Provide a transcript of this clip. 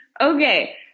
Okay